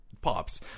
Pops